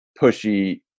pushy